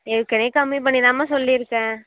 ஏற்கனவே கம்மி பண்ணிதாம்மா சொல்லியிருக்கேன்